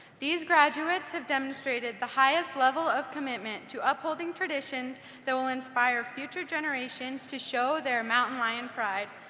these graduates have demonstrated the highest level of commitment to upholding traditions that will inspire future generations to show their mountain lion pride.